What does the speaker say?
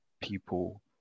people